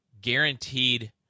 guaranteed